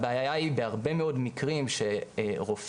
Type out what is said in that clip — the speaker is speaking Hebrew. הבעיה היא בהרבה מאוד מקרים שרופאים,